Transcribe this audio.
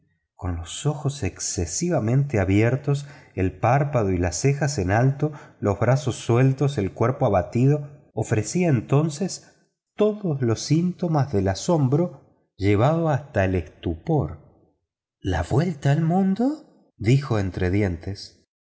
con los ojos excesivamente abiertos los párpados y las cejas en alto los brazos caídos el cuerpo abatido ofrecía entonces todos los síntomas del asombro llevado hasta el estupor la vuelta al mundo dijo entre dientes